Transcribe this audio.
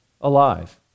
alive